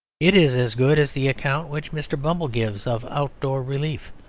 it is as good as the account which mr. bumble gives of out-door relief,